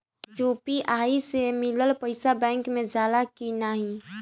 UPI से मिलल पईसा बैंक मे जाला की नाहीं?